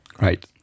right